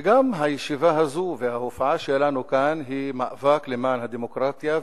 וגם הישיבה הזאת וההופעה שלנו כאן הן מאבק למען הדמוקרטיה,